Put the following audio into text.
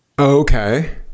Okay